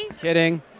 Kidding